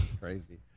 Crazy